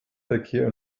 verkehr